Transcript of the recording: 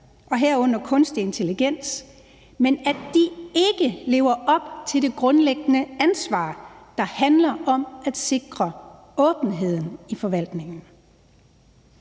herunder kunstig intelligens, men at de ikke lever op til det grundlæggende ansvar, der handler om at sikre åbenheden i forvaltningen.